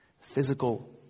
physical